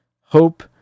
hope